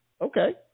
Okay